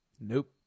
Nope